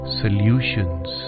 solutions